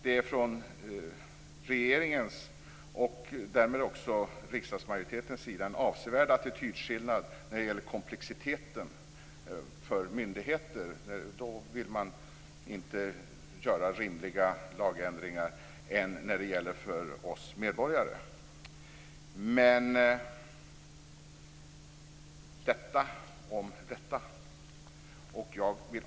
Det är från regeringens och därmed också från riksdagsmajoritetens sida en avsevärd attitydskillnad när det gäller komplexiteten för myndigheten - då vill man inte göra rimliga lagändringar - respektive för oss medborgare. Detta om detta. Fru talman!